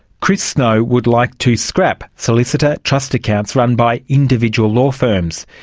chris snow would like to scrap solicitor trust accounts run by individual law firms.